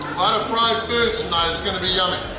lot of fried foods tonight it's gonna be yummy!